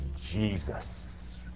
Jesus